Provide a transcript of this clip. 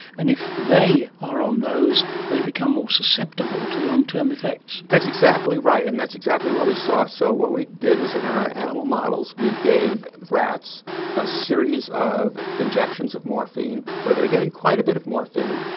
and if they are on those, they become more susceptible to long-term effects. that's exactly right, and that's exactly what we saw. so what we did is in our animal models we gave rats a series of injections of morphine where they are getting quite a bit of morphine.